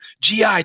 GI